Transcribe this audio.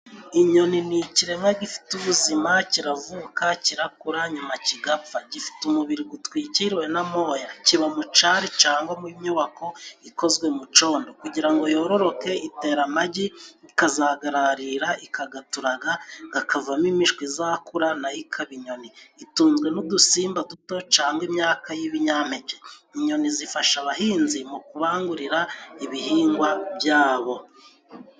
Inyoni ni ikiremwa gifite ubuzima kiravuka, kirakura nyuma kigapfa, gifite umubiri utwikiriwe na moya kiba mu cyari cyangwa mu nyubako ikozwe mu cyondo. Kugira ngo yororoke itera amagi, ikazayararira, ikayaturaga akavamo imishwi izakura na yo ikaba inyoni. Itunzwe n'udusimba duto cyangwa imyaka y'ibinyampeke. Inyoni zifasha abahinzi mu kubangurira ibihingwa byabo.